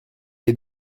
est